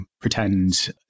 pretend